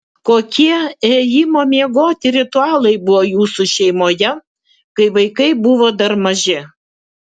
kokie ėjimo miegoti ritualai buvo jūsų šeimoje kai vaikai buvo dar maži